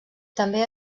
també